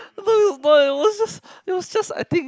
it was just it was just I think